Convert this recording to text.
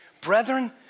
Brethren